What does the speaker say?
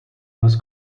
was